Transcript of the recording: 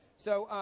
so,